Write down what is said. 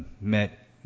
met